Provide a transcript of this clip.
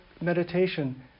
meditation